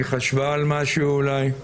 היא חשבה על משהו אולי?